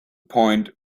point